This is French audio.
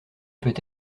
peut